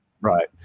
Right